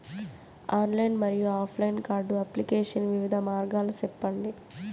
Online మరియు offline card application వివిధ మార్గాలు సెప్పండి?